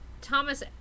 Thomas